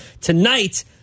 Tonight